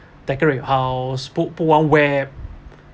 decorate your house put put one web